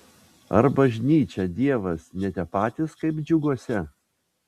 ar bažnyčia dievas ne tie patys kaip džiuguose